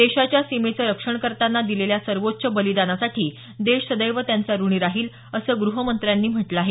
देशाच्या सीमेचं रक्षण करताना दिलेल्या सर्वोच्च बलिदानासाठी देश सदैव त्यांचा ऋणी राहील असं ग्रहमंत्र्यांनी म्हटलं आहे